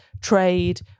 trade